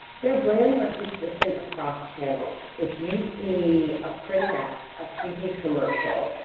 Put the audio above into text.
their brands are consistent across channels. if you see a print ad, a tv commercial,